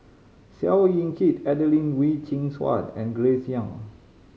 Seow Yit Kin Adelene Wee Chin Suan and Grace Young